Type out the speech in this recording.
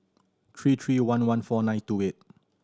three three one one four nine two eight